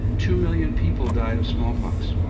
two million people died of smallpox.